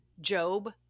Job